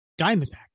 diamondback